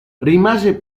rimase